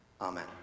Amen